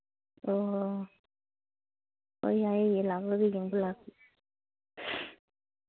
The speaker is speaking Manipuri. ꯑꯣ ꯍꯣꯏ ꯍꯣꯏ ꯍꯣꯏ ꯌꯥꯏꯌꯦ ꯂꯥꯛꯂꯒ ꯌꯦꯡꯕ ꯂꯥꯛꯄ